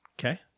Okay